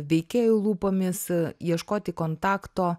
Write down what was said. veikėjų lūpomis ieškoti kontakto